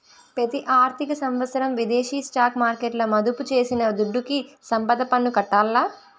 పెతి ఆర్థిక సంవత్సరం విదేశీ స్టాక్ మార్కెట్ల మదుపు చేసిన దుడ్డుకి సంపద పన్ను కట్టాల్ల